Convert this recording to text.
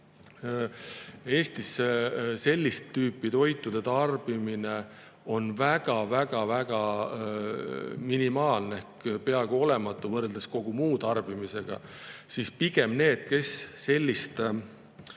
Eestis on sellist tüüpi toitude tarbimine väga-väga-väga minimaalne, peaaegu olematu võrreldes kogu muu tarbimisega, siis need, kes selliseid